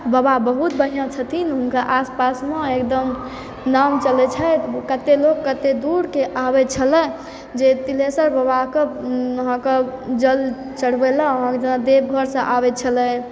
बबा बहुत बढ़िआँ छथिन हुनका आसपासमे एकदम नाम चलै छै कते लोक कते दूरके आबै छलै जे तिलेश्वर बबाके अहाँके जल चढ़बै लए अहाँके जेना देवघरसँ आबै छलै